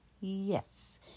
Yes